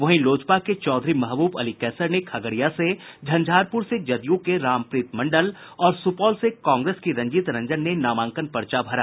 वहीं लोजपा के चौधरी महबूब अली कैसर ने खगड़िया से झंझारपुर से जदयू के रामप्रीत मंडल और सुपौल से कांग्रेस की रंजीत रंजन ने नामांकन पर्चा भरा